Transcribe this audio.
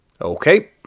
Okay